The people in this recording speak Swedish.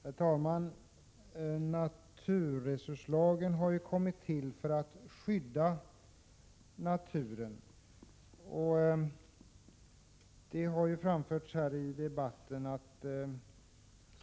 Herr talman! Naturresurslagen har ju kommit till för att skydda naturen, och det har också anförts här i debatten.